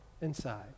inside